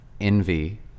envy